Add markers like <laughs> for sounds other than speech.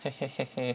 <laughs>